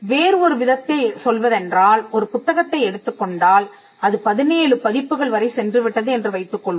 வேறு ஒரு விதத்தில் சொல்வதென்றால் ஒரு புத்தகத்தை எடுத்துக் கொண்டால் அது 17 பதிப்புகள் வரை சென்று விட்டது என்று வைத்துக் கொள்வோம்